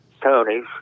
Tony's